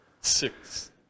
six